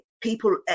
people